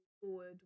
forward